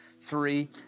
three